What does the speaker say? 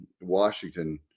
Washington